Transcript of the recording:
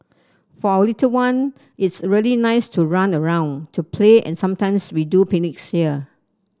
for our little one it's really nice to run around to play and sometimes we do picnics here